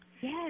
Yes